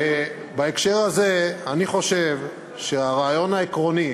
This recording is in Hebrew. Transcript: ובהקשר הזה אני חושב שהרעיון העקרוני